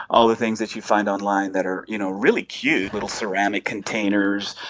all the things that you find online that are, you know, really cute little ceramic containers,